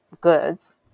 goods